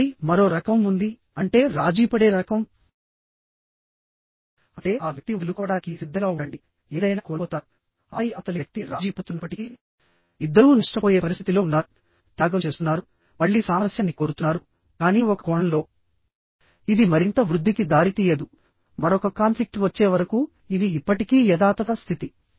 ఆపై మరో రకం ఉంది అంటే రాజీపడే రకం అంటే ఆ వ్యక్తి వదులుకోవడానికి సిద్ధంగా ఉండండి ఏదైనా కోల్పోతారు ఆపై అవతలి వ్యక్తి రాజీ పడుతున్నప్పటికీఇద్దరూ నష్టపోయే పరిస్థితిలో ఉన్నారు త్యాగం చేస్తున్నారు మళ్ళీ సామరస్యాన్ని కోరుతున్నారు కానీ ఒక కోణంలోఇది మరింత వృద్ధికి దారితీయదు మరొక కాన్ఫ్లిక్ట్ వచ్చే వరకు ఇది ఇప్పటికీ యథాతథ స్థితి